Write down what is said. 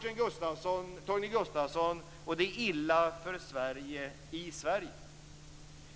Det är illa för Torgny Gustafsson och det är illa för Sverige i Sverige.